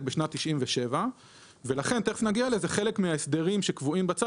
בשנת 1997. ולכן חלק מההסדרים שקבועים בצו,